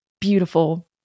beautiful